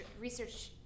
research